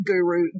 guru